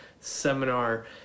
seminar